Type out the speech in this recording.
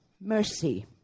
mercy